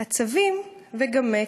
/ הצבים, וגם מק,